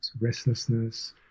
restlessness